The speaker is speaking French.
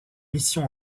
mission